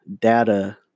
data